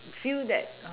feel that